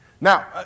Now